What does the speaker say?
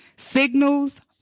Signals